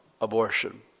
abortion